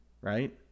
right